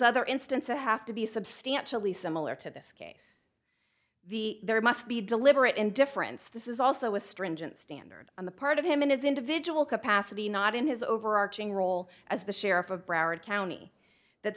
other instances i have to be substantially similar to this case the there must be deliberate indifference this is also a stringent standard on the part of him and his individual capacity not in his overarching role as the sheriff of broward county that